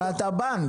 הרי אתה בנק.